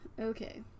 okay